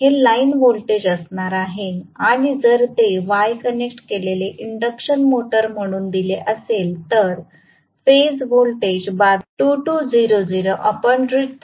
हे line voltage असणार आहे आणि जर ते y कनेक्ट केलेले इंडक्शन मोटर म्हणून दिले असेल तर फेज व्होल्टेज असणार आहे